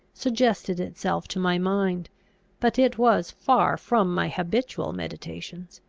suggested itself to my mind but it was far from my habitual meditations.